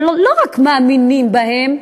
אבל לא רק מאמינים בהם,